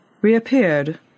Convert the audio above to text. reappeared